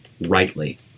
rightly